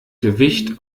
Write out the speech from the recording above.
gewicht